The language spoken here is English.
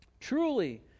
Truly